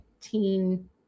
teen